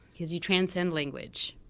cause you transcend language.